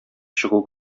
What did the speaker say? чыгу